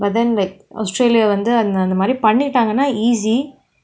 but then like australia வந்து அந்த அந்த மாதிரி பண்ணிட்டாங்கன்னா:vanthu antha antha maathiri pannitaanganaa easy